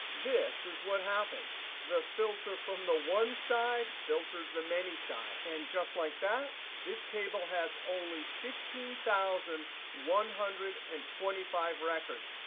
this is what happens the filter from the one side filters the many side. and just like that, this table has only fifteen thousand one hundred and twenty five records.